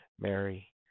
Mary